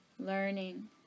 learning